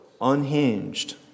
unhinged